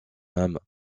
âme